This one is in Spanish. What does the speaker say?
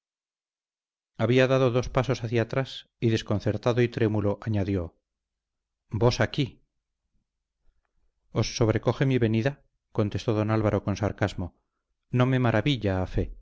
había dado dos pasos atrás y desconcertado y trémulo añadió vos aquí os sobrecoge mi venida contestó don álvaro con sarcasmo no me maravilla